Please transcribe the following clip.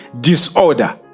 disorder